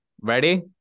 ready